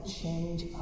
change